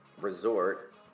Resort